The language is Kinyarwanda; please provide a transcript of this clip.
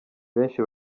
benshi